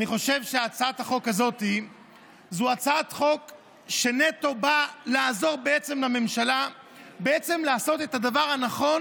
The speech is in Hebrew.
אני חושב שהצעת החוק הזו באה נטו לעזור לממשלה לעשות את הדבר הנכון